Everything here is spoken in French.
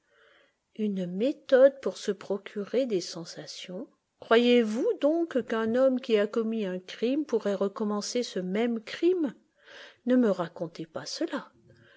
une méthode pour se procurer des sensations î croyez-vous donc qu'un homme qui a commis un crime pourrait recommencer ce même crime ne me racontez pas cela